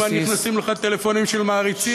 כל הזמן נכנסים לך טלפונים של מעריצים,